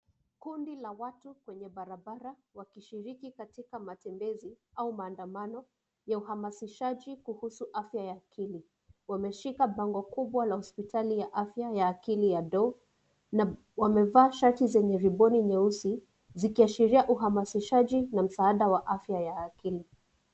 Kundi la watu kwenye barabara wakishiriki katika matembezi au maandamo ya uhamashishaji kuhusu afya ya akili. Wameshika bango kubwa la hospitali ya afya ya akili ya Doo, na wamevaa shati zenye kiboni nyeusi zikiashiria uhamashishaji na msaada wa afya ya akili.